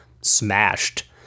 smashed